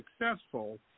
successful